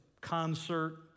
concert